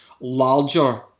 larger